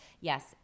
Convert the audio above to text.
yes